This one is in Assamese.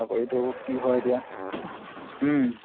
চাকৰিটো কি হয় এতিয়া